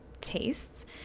tastes